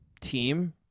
team